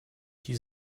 die